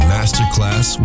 Masterclass